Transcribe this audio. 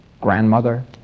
grandmother